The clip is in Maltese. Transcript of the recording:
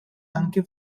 anke